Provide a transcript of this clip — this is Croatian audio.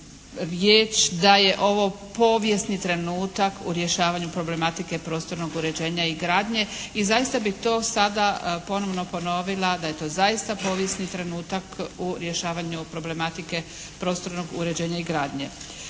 riječ da je ovo povijesni trenutak u rješavanju problematike prostornog uređenja i gradnje i zaista bih to sada ponovno ponovila da je to zaista povijesni trenutak u rješavanju problematike prostornog uređenja i gradnje.